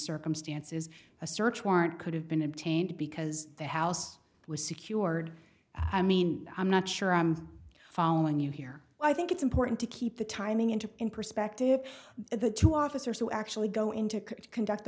circumstances a search warrant could have been obtained because the house was secured i mean i'm not sure i'm following you here i think it's important to keep the timing in to in perspective the two officers who actually go in to conduct the